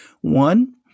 One